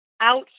out